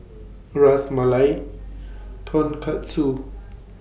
Ras Malai Tonkatsu